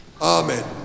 Amen